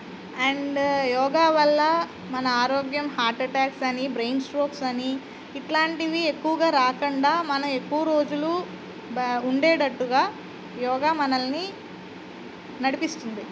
and yoga వల్ల మన ఆరోగ్యం హార్ట్ ఎటాక్స్ అని బ్రెయిన్ స్ట్రోక్స్ అని ఇట్లాంటివి ఎక్కువగా రాకండా మనం ఎక్కువ రోజులు ఉండేటట్టుగా యోగా మనల్ని నడిపిస్తుంది